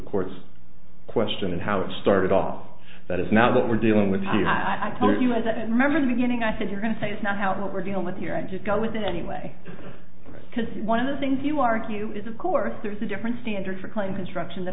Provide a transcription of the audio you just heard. court's question of how it started off but it's now that we're dealing with the i told us that and remember the beginning i said you're going to say it's not how we're dealing with here and just go with it anyway because one of the things you argue is of course there's a different standard for claim construction that